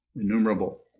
Innumerable